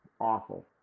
awful